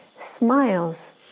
smiles